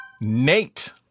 Nate